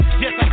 yes